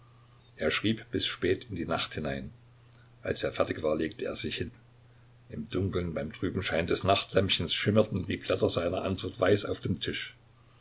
er schrieb bis spät in die nacht hinein als er fertig war legte er sich hin im dunkeln beim trüben schein des nachtlämpchens schimmerten die blätter seiner antwort weiß auf dem tisch